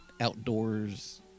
outdoors